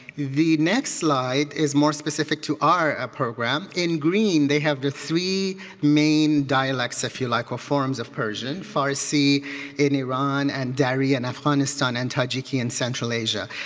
the next slide is more specific to our ah program. in green they have the three main dialects if you like or forms of persian. farsi in iran and dari in afghanistan and tajiki in central asia.